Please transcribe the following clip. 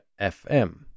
FM